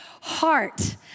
heart